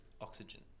Oxygen